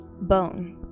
bone